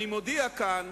אני מודיע כאן